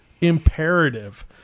imperative